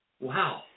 Wow